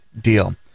deal